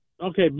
Okay